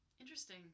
Interesting